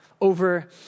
over